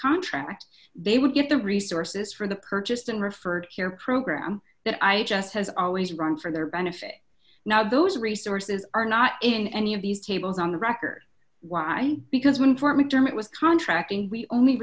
contract they will get the resources for the purchased and referred care program that i just has always run for their benefit now those resources are not in any of these tables on the record why because when part mcdermott was contracting we only